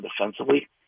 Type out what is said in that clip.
defensively